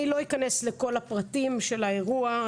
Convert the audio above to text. אני לא אכנס לכל הפרטים של האירוע,